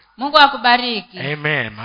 Amen